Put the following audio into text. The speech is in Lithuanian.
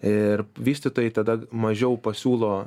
ir vystytojai tada mažiau pasiūlo